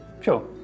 Sure